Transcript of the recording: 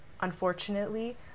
unfortunately